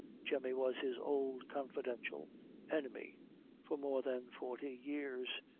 jemmy was his old, confidential enemy for more than forty years,